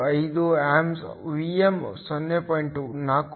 015 amps Vm 0